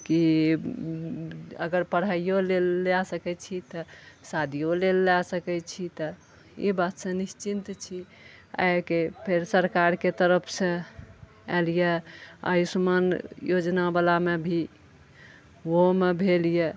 की अगर पढ़ाइयो लेल लऽ सकैत छी तऽ शादियो लेल लऽ सकैत छी तऽ ई बास्ते निश्चिन्त छी आइके फेर सरकारके तरफ सऽ आयल अछि आयुष्यमान योजना बलामे भी ओहोमे भेल अछि